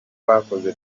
bakoze